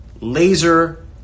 laser